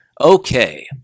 Okay